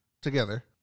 together